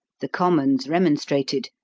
the commons remonstrated,